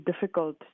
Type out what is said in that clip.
difficult